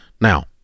Now